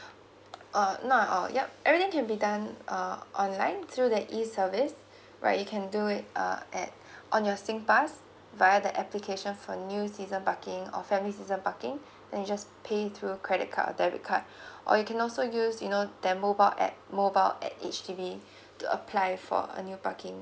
oh no oh yup everything can be done uh online through the e service right you can do it uh at on your S G pass via the application for new season parking or family season parking then you just pay through credit card or debit card or you can also use you know their mobile app mobile at H_D_B to apply for a new parking